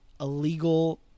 illegal